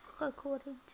according